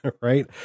right